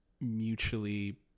mutually